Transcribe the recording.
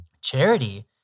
Charity